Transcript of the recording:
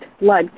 blood